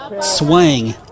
Swing